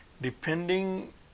depending